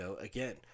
Again